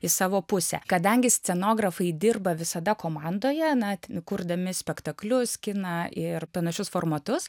į savo pusę kadangi scenografai dirba visada komandoje na ten kurdami spektaklius kiną ir panašius formatus